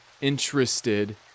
interested